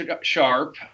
Sharp